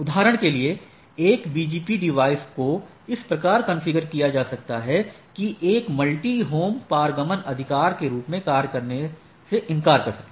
उदाहरण के लिए एक BGP डिवाइस को इस प्रकार कॉन्फ़िगर किया जा सकता है कि एक मल्टी होम एक पारगमन अधिकार के रूप में कार्य करने से इनकार कर सके